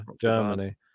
Germany